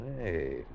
Hey